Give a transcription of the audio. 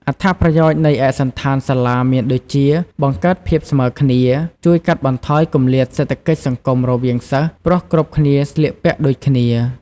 អត្ថប្រយោជន៍នៃឯកសណ្ឋានសាលាមានដូចជា បង្កើតភាពស្មើគ្នា ជួយកាត់បន្ថយគម្លាតសេដ្ឋកិច្ចសង្គមរវាងសិស្ស ព្រោះគ្រប់គ្នាស្លៀកពាក់ដូចគ្នា។